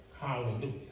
Hallelujah